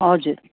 हजुर